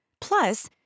Plus